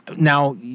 Now